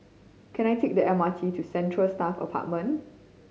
can I take the M R T to Central Staff Apartment